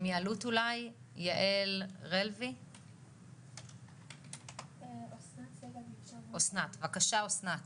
בבקשה אסנת